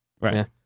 Right